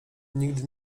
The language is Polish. nigdy